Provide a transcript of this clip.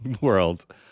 world